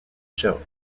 show